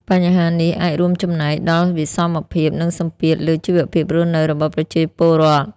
បញ្ហានេះអាចរួមចំណែកដល់វិសមភាព និងសម្ពាធលើជីវភាពរស់នៅរបស់ប្រជាពលរដ្ឋ។